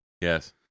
Yes